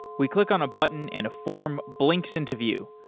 we click on a button and a form blinks into view.